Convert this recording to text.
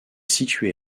situé